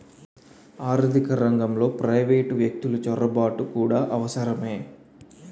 ఆర్థిక రంగంలో ప్రైవేటు వ్యక్తులు చొరబాటు కూడా అవసరమే